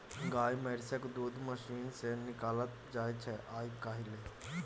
गाए महिषक दूध मशीन सँ निकालल जाइ छै आइ काल्हि